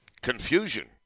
Confusion